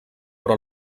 però